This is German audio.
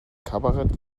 kabarett